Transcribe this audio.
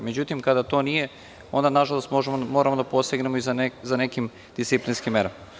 Međutim, kada to nije, onda nažalost moramo da posegnemo i za nekim disciplinskim merama.